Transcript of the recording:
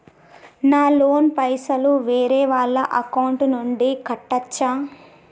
నా లోన్ పైసలు వేరే వాళ్ల అకౌంట్ నుండి కట్టచ్చా?